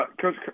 Coach